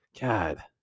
God